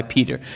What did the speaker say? Peter